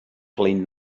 clean